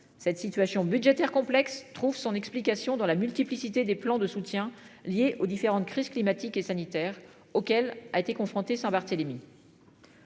Cette situation budgétaire complexe trouve son explication dans la multiplicité des plans de soutien liées aux différentes crises climatiques et sanitaires auxquelles a été confronté sans Barthélémy.